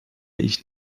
ich